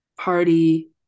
party